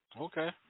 Okay